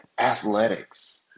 athletics